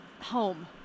home